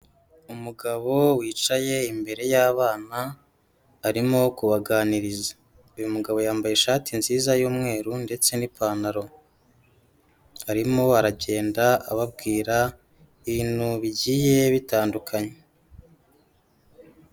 Umugabo wicaye imbere y'abana arimo kubaganiriza, uyu mugabo yambaye ishati nziza y'umweru ndetse n'ipantaro, arimo aragenda ababwira ibintu bigiye bitandukanye.